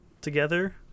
together